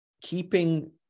Keeping